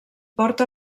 port